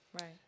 right